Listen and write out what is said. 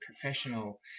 professional